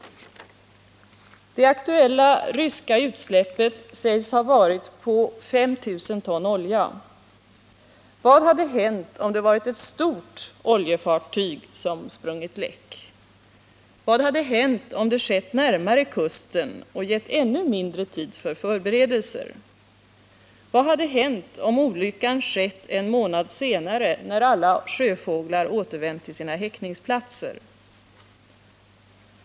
Det aktuella ryska utsläppet sägs ha varit på 5 000 ton olja. Vad hade hänt om det hade varit ett stort oljefartyg som sprungit läck? Vad hade hänt om det skett närmare vår kust och gett ännu mindre tid för förberedelser? Vad hade hänt om olyckan inträffat en månad senare, när alla sjöfåglar återvänt till sina häckningsplatser?